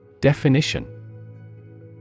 Definition